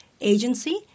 agency